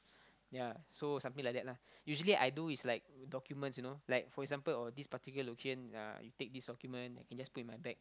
ya so something like that lah usually I do is like documents you know like for example oh this particular location I take this document can just put in my bag